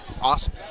awesome